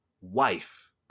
wife